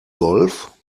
golf